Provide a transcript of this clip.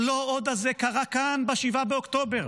ה"לא עוד" הזה קרה כאן ב-7 באוקטובר.